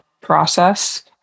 process